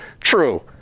True